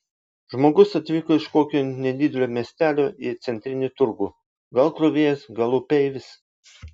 žmogus atvyko iš kokio nedidelio miestelio į centrinį turgų gal krovėjas gal upeivis